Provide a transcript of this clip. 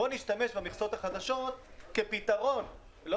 בואו נשתמש במכסות החדשות כפתרון לא